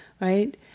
right